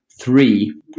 three